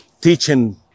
teaching